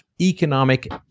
economic